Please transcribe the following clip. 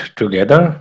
together